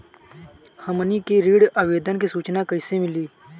हमनी के ऋण आवेदन के सूचना कैसे मिली?